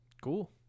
cool